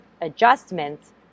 adjustments